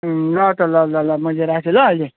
ल त ल ल ल मैले राखेँ ल अहिले